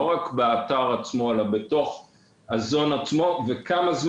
ולא רק בתוך האתר עצמו אלא גם באזור מסוים באתר,